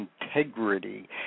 integrity